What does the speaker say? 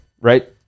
right